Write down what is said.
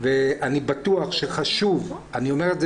אני בטוח שחשוב אני אומר את זה,